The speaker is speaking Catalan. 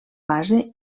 base